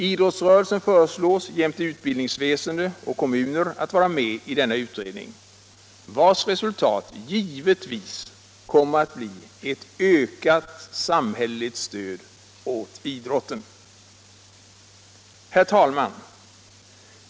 Idrottsrörelsen föreslås jämte utbildningsväsende och kommuner att vara med i denna utredning, vars resultat givetvis kommer att bli ett ökat samhälleligt stöd åt idrotten. Herr talman!